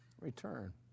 return